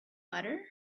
butter